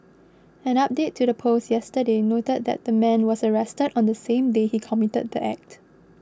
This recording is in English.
an update to the post yesterday noted that the man was arrested on the same day he committed the act